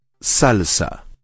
Salsa